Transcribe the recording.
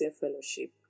Fellowship